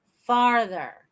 Farther